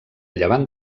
llevant